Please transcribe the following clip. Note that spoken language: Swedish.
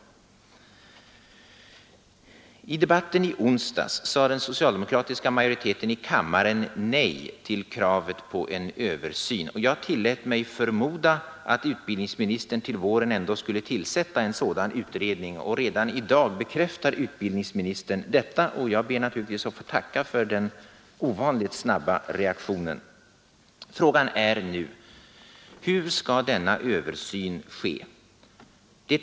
I debatten i onsdags sade den socialdemokratiska majoriteten i kammaren nej till kravet på en översyn. Jag tillät mig förmoda att utbildningsministern till våren ändå skulle tillsätta en sådan utredning, och redan i dag bekräftar utbildningsministern detta. Jag ber naturligtvis att få tacka för den ovanligt snabba reaktionen. Frågan är nu: Hur skall denna översyn ske?